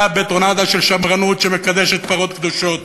בטונדה של שמרנות שמקדשת פרות קדושות